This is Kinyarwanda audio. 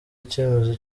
icyemezo